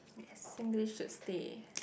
Singlish should stay